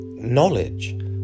Knowledge